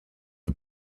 the